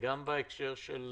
גם בהקשר של